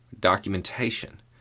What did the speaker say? Documentation